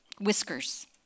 Whiskers